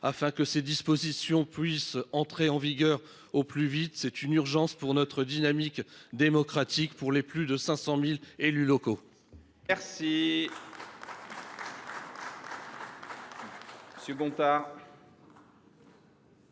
afin que ses dispositions puissent entrer en vigueur sans délai. Il y a urgence pour notre dynamique démocratique et pour les plus de 500 000 élus locaux.